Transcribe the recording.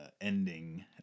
ending